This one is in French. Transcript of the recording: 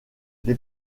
les